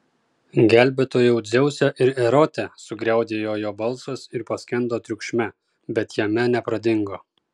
gelbėtojau dzeuse ir erote sugriaudėjo jo balsas ir paskendo triukšme bet jame nepradingo